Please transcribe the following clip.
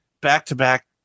back-to-back